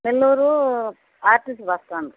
Nellore RTC bus stand